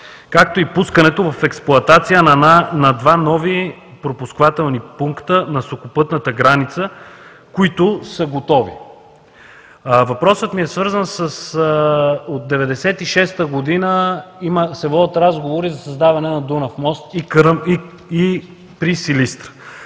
както и пускането в експлоатация на два нови пропускателни пункта на сухопътната граница, които са готови. Въпросът ми е: от 1996 г. се водят разговори за създаване на Дунав мост и при Силистра.